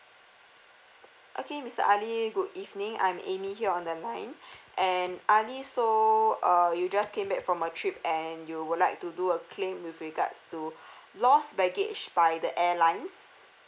okay mister ali good evening I'm amy here on the line and ali so uh you just came back from a trip and you would like to do a claim with regards to lost baggage by the airlines